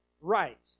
Right